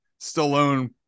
Stallone